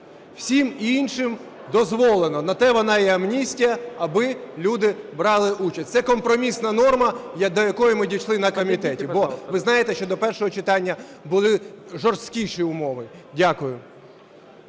всім іншим дозволено. На те вона і амністія, аби люди брали участь. Це компромісна норма, до якої ми дійшли на комітеті, бо, ви знаєте, що до першого читання були жорсткіші умови. Дякую.